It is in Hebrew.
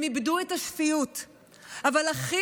הם איבדו את השפיות,